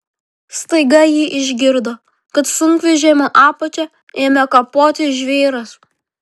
staiga ji išgirdo kad sunkvežimio apačią ėmė kapoti žvyras